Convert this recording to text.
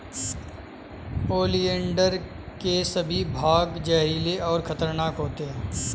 oleander के सभी भाग जहरीले और खतरनाक होते हैं